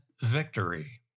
victory